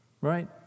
right